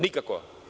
Nikako.